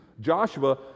Joshua